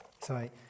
sorry